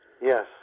Yes